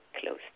close